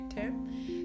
term